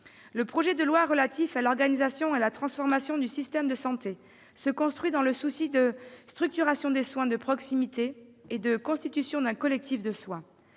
Le projet de loi relatif à l'organisation et à la transformation du système de santé se construit dans le souci de structuration des soins de proximité et de constitution d'un collectif de soins.